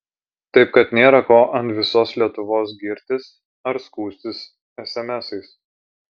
taip kad nėra ko ant visos lietuvos girtis ar skųstis esemesais